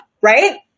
right